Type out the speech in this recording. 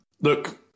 Look